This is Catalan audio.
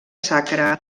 sacra